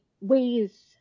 ways